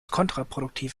kontraproduktiv